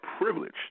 privileged